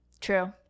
True